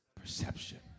perception